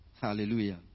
Hallelujah